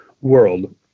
world